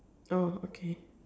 oh okay